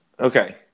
Okay